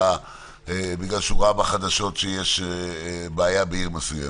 בגלל שהוא ראה בחדשות שיש בעיה בעיר מסוימת.